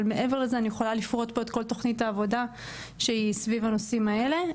מעבר לזה אני אוכל לפרוט את כל תוכנית העבודה סביב הנושאים האלה.